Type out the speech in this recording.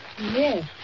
Yes